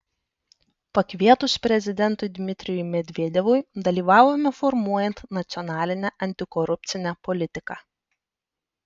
pakvietus prezidentui dmitrijui medvedevui dalyvavome formuojant nacionalinę antikorupcinę politiką